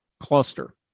cluster